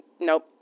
nope